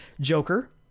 Joker